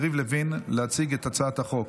ותיכנס לספר החוקים.